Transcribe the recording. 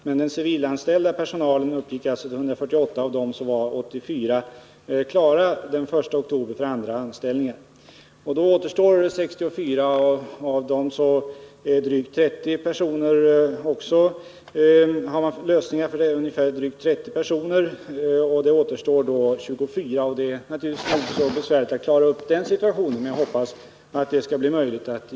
Den 1 oktober var det klart med andra anställningar för 84 av dessa 148 personer. Av de återstående 64 har man lösningar för drygt 30 personer. Det återstår då 24. Det kan naturligtvis bli besvärligt att klara upp den situationen, men jag hoppas att även det skall bli möjligt.